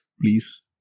please